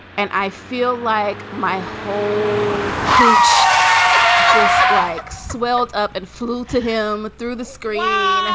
and i feel like my whole kooch just like swelled up and flew to him through the screen.